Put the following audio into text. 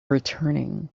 returning